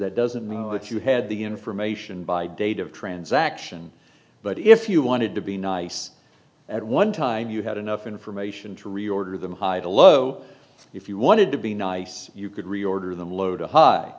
that doesn't mean that you had the information by date of transaction but if you wanted to be nice at one time you had enough information to reorder them hide a low if you wanted to be nice you could reorder them load